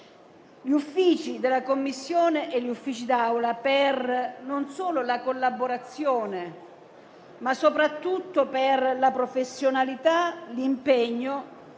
gli Uffici della Commissione e quelli dell'Assemblea, non solo per la collaborazione, ma soprattutto per la professionalità, l'impegno